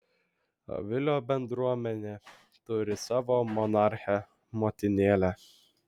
avilio bendruomenė turi savo monarchę motinėlę